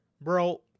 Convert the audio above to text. Bro